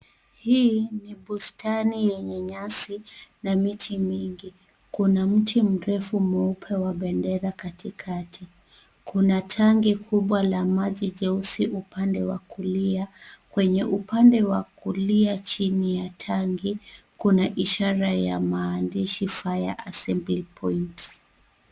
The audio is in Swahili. Hili ni bustani yenye nyasi na miti mingi. Kuna mti mrefu mweupe wa bendera katikati. Kuna tanki kubwa la maji jeusi upande wa kulia. Kwenye upande wa kulia chini ya tanki, kuna ishara ya maandishi fire assembly point .